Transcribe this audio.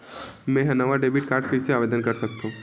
मेंहा नवा debit card बर कैसे आवेदन कर सकथव?